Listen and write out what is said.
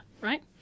right